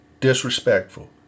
disrespectful